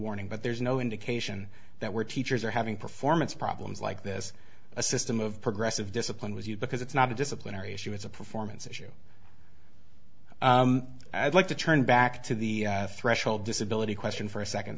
warning but there's no indication that we're teachers are having performance problems like this a system of progressive discipline was you because it's not a disciplinary issue it's a performance issue i'd like to turn back to the threshold disability question for a second